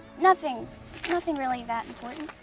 nothing. nothing really that important.